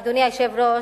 אדוני היושב-ראש,